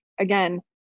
again